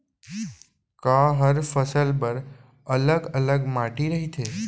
का हर फसल बर अलग अलग माटी रहिथे?